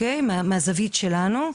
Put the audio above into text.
מהזווית שלנו.